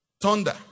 Thunder